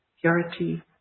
purity